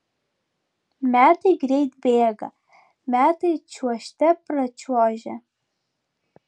metai greit bėga metai čiuožte pračiuožia